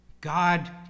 God